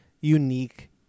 unique